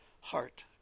heart